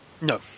No